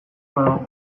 badago